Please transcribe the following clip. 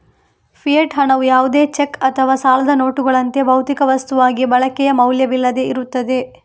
fiat ಹಣವು ಯಾವುದೇ cheque ಅಥವಾ ಸಾಲದ ನೋಟುಗಳಂತೆ, ಭೌತಿಕ ವಸ್ತುವಾಗಿ ಬಳಕೆಯ ಮೌಲ್ಯವಿಲ್ಲದೆ ಇರುತ್ತದೆ